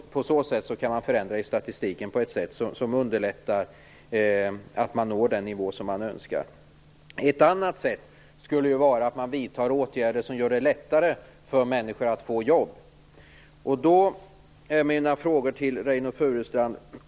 På så sätt kan man förändra statistiken på ett sätt som underlättar för en att nå den nivå som man önskar. Ett annat sätt skulle vara att man vidtar åtgärder som gör det lättare för människor att få jobb.